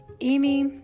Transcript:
Amy